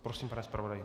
Prosím, pane zpravodaji.